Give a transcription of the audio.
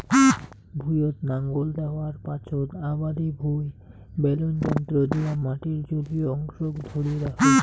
ভুঁইয়ত নাঙল দ্যাওয়ার পাচোত আবাদি ভুঁই বেলন যন্ত্র দিয়া মাটির জলীয় অংশক ধরি রাখে